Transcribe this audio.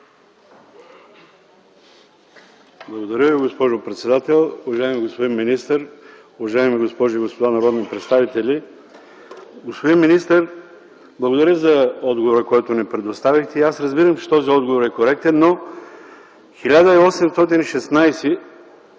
Благодаря Ви, госпожо председател. Уважаеми господин министър, уважаеми госпожи и господа народни представители! Господин министър, благодарим за отговора, който ни предоставихте. Аз разбирам, че този отговор е коректен, но 1816 са